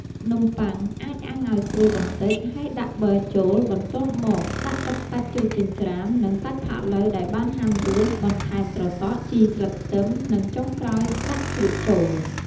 នំប័ុងអាចអាំងឲ្យស្រួយបន្តិច ហើយដាក់ប័រចូល បន្ទាប់មក ដាក់ទឹកសាច់ជ្រូកចិញ្ច្រាំ និងសាច់ផាត់ឡូវដែលបានហាន់រួច បន្ថែមត្រសក់ ជីស្លឹកខ្ទឹម និងចុងក្រោយ ដាក់ជ្រក់ចូល។